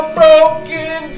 broken